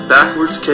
Backwards